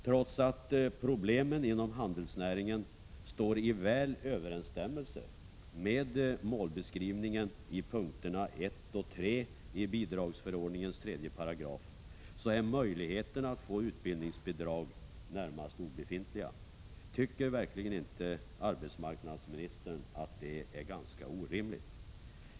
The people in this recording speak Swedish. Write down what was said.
Trots att problemen inom handelsnäringen står väl i överensstämmelse med målbeskrivningen i punkterna 1 och 3 i bidragsförordningens 3 § är möjligheterna att få utbildningsbidrag närmast obefintliga. Tycker verkligen inte arbetsmarknadsministern att detta är ganska orimligt?